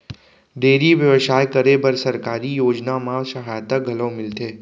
dairy बेवसाय करे बर सरकारी योजना म सहायता घलौ मिलथे